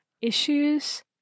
issues